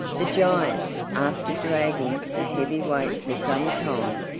the giant, after dragging the heavy weight for some time,